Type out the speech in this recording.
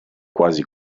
quasi